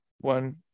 one